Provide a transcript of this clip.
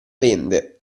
vende